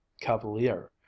cavalier